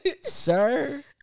sir